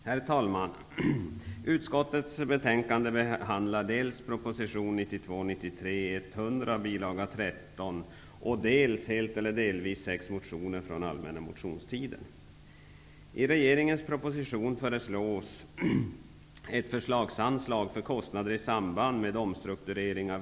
Herr talman! Utskottets betänkande behandlar dels proposition 1992/93:100 bil. 13, dels -- helt eller delvis -- sex motioner från allmänna motionstiden.